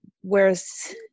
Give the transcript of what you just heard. Whereas